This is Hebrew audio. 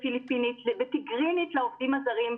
בפיליפינית ובטיגרינית לעובדים הזרים.